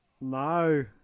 No